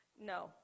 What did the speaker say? no